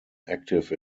active